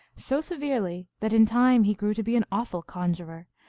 so severely that in time he grew to be an awful conjurer,